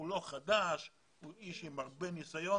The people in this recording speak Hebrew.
הוא לא חדש, הוא איש עם הרבה ניסיון